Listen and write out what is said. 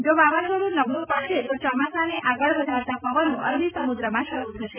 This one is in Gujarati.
જો વાવાઝોડુ નબળુ પડશે તો ચોમાસાને આગળ વધારતા પવનો અરબી સમુદ્રમાં શરૂ થશે